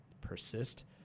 persist